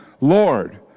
Lord